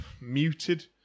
muted